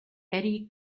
eddy